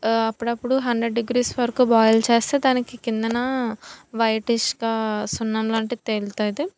అప్పుడప్పుడు hundred degrees వరకు boil చేస్తే దానికి క్రిందన వైటిష్గా సున్నం లాంటిది తేలుతుంది